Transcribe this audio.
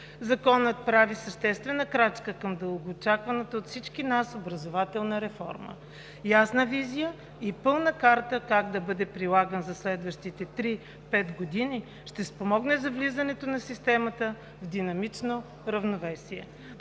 Законът прави съществена крачка към дългоочакваната от всички нас образователна реформа. Ясна визия и пътна карта как да бъде прилаган за следващите 3 – 5 години ще спомогне за влизането на системата в динамично равновесие.